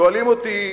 שואלים אותי: